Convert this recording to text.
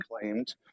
claimed